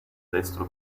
destro